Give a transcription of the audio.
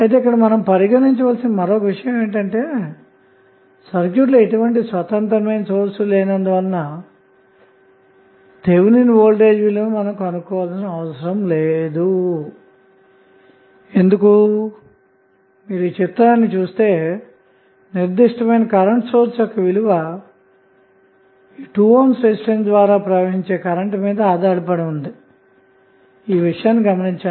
ఇక్కడ మనం పరిగణించవలసిన మరొక విషయం ఏమిటంటే సర్క్యూట్ లో ఎటువంటి స్వతంత్రమైన సోర్స్ లేనందు వలన థెవినిన్ వోల్టేజ్ విలువను కొనుక్కోవలసిన అవసరం లేదు ఎందుకంటే మీరు చిత్రాన్ని చూస్తే నిర్దిష్ట కరెంటు సోర్స్ యొక్క విలువ 2 ohm రెసిస్టెన్స్ ద్వారా ప్రవహించే కరెంటు మీద ఆధారపడి ఉంది అన్న విషయం గమనించవచ్చు